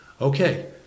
okay